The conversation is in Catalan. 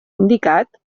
indicat